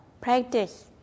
practice